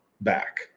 back